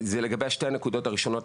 זה לגבי שתי הנקודות הראשונות,